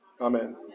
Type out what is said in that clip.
amen